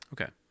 okay